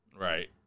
Right